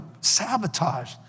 sabotage